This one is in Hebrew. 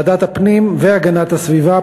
ועדת הפנים והגנת הסביבה,